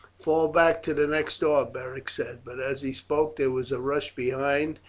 fall back to the next door, beric said but as he spoke there was a rush behind,